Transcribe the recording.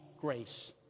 grace